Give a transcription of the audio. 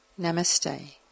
Namaste